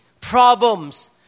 problems